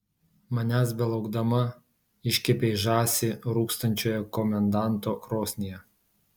manęs belaukdama iškepei žąsį rūkstančioje komendanto krosnyje